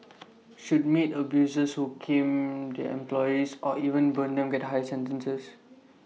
should maid abusers who cane their employees or even burn them get higher sentences